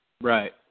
Right